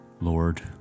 Lord